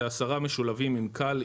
זה עשרה משולבים עם קאל,